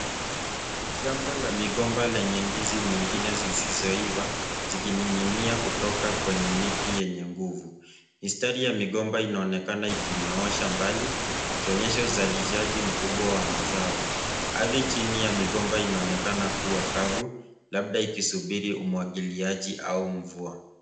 Shamba la migomba lenye ndizi nyingi zisizoiva zikining'inia kutoka kwenye miti yenye nguvu. Mistari ya migomba inaonekana ikinyoosha mbali ikionyesha uzalishaji mkubwa wa mazao. Ardhini chini ya migomba inaonekana kuwa kavu, labda ikisubiri umwagiliaji au mvua.